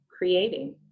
creating